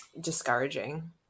discouraging